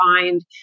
find